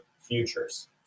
futures